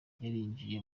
yarinjiye